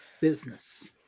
Business